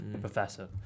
professor